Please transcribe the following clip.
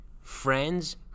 Friends